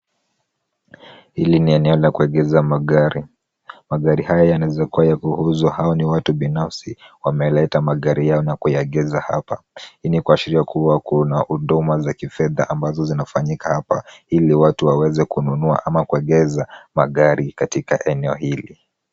Hili ni eneo la kuegeza magari. Magari haya yanawezakuwa ya kuuzwa au ni watu binafsi wameleta magari yao na kuyaegesha hapa. Hii ni kuashiria kuwa kuna huduma za kifedha ambazo zinafanyika hapa ili watu waweze kununua ama kuegesha magari katika eneo hili.